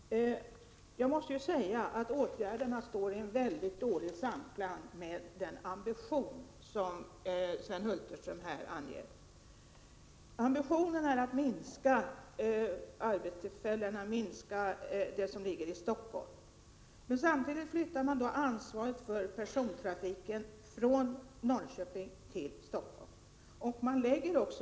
Herr talman! Jag måste säga att åtgärderna står i dålig samklang med den ambition som Sven Hulterström här anger, nämligen att antalet arbetstillfällen kommer att minska i Stockholm. Men samtidigt flyttas ansvaret för persontrafiken från Norrköping till Stockholm.